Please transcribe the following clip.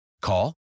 Call